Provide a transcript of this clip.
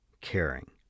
caring